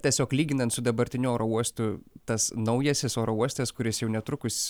tiesiog lyginant su dabartiniu oro uostu tas naujasis oro uostas kuris jau netrukus